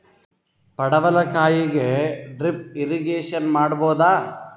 ಪಡವಲಕಾಯಿಗೆ drip irrigation ಮಾಡಬೋದ?